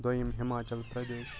دٔیٚیِم Himachal Pradesh